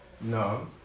No